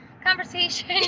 Conversation